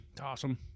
Awesome